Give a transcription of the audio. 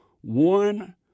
one